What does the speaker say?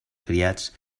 criats